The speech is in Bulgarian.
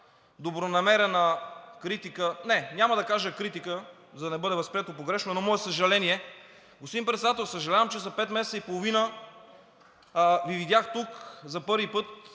добронамерена критика. Не, няма да кажа критика, за да не бъде възприето погрешно, но мое съжаление. Господин Председател, съжалявам, че за пет месеца и половина Ви видях тук за първи път